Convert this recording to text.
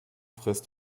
frisst